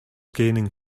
gaining